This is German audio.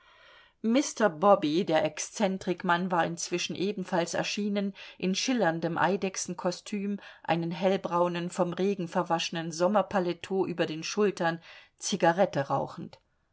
bobby der exzentrikmann war inzwischen ebenfalls erschienen in schillerndem eidechsenkostüm einen hellbraunen vom regen verwaschenen sommerpaletot über den schultern zigarette rauchend